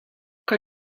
kaj